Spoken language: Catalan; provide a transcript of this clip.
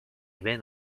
vent